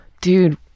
dude